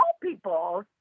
people